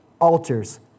altars